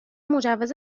مجوز